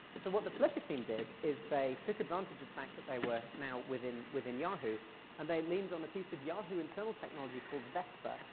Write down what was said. so what the flickr team did is they took advantage of the fact that they were now within within yahoo and they leaned on the piece of yahoo internal technology called vespa,